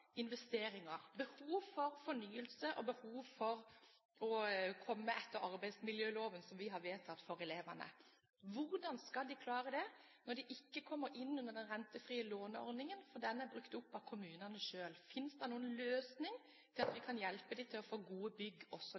investeringer, behov for fornyelse og behov for å komme etter med hensyn til arbeidsmiljøloven, som vi har vedtatt for elevene. Min utfordring til statsråden er: Hvordan skal de klare det når de ikke kommer innunder den rentefrie låneordningen, for den er brukt opp av kommunene selv? Finnes det noen løsning, slik at vi kan hjelpe også disse elevene til å få gode bygg?